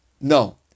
No